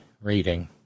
reading